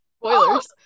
Spoilers